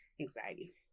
anxiety